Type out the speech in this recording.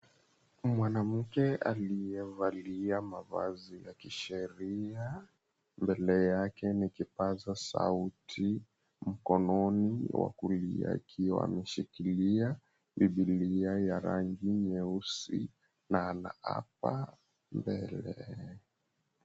Mwanamke aliyevalia mavazi ya kisheria, mbele yake ni kipaza sauti mkononi wa kulia akiwa ameshikilia bibilia ya rangi nyeusi na ana apa mbele.